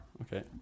okay